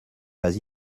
pas